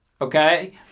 Okay